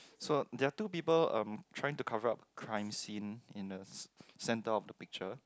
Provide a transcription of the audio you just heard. so there are two people um trying to cover up crime scene in the ce~ center of the picture